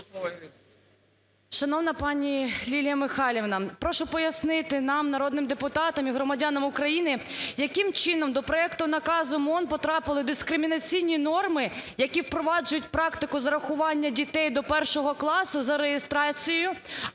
Шановна пані Лілія Михайлівна, прошу пояснити нам, народним депутатам, і громадянам України, яким чином до проекту наказу МОН потрапили дискримінаційні норми, які впроваджують практику зарахування дітей до 1 класу за реєстрацією